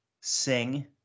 Sing